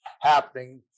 happening